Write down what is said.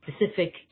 specific